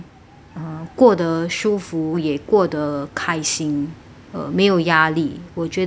uh 过得舒服也过得开心 uh 没有压力我觉得